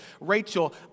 Rachel